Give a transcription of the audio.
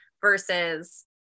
versus